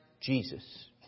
Jesus